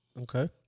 Okay